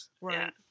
Right